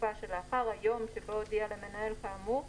התקופה שלאחר היום שבו הודיע למנהל כאמור,